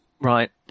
Right